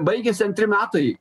baigėsi antri metai